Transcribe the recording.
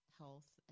health